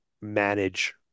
manage